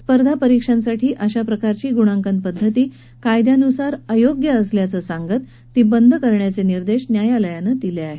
स्पर्धा परीक्षांसाठी अशा प्रकारची गुणांकन पद्धती कायद्यानुसार अयोग्य असल्याचं सांगत ती बंद करण्याचे निर्देश न्यायालयानं दिले आहेत